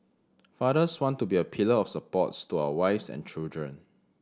fathers want to be a pillar of support to our wives and children